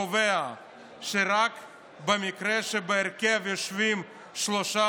קובע שזה רק במקרה שבהרכב יושבים שלושה